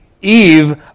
eve